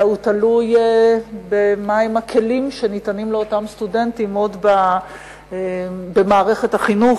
אלא הם תלויים בכלים שניתנים לאותם סטודנטים עוד במערכת החינוך,